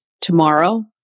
tomorrow